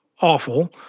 awful